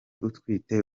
utwite